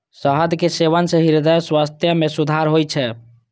शहद के सेवन सं हृदय स्वास्थ्य मे सुधार होइ छै